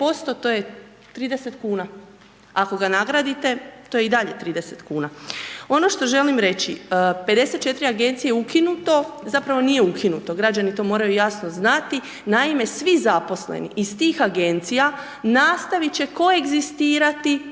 to je 30 kn. Ako ga nagradite, to je i dalje 30 kn. Ono što želim reći, 54 agencije je ukinuto, zapravo nije ukinuto, građani to moraju jasno znati. Naime, svi zaposleni iz tih agencija nastavit će koegzistirati